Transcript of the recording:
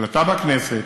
החלטה בכנסת,